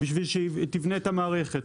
בשביל שהיא תבנה את המערכת.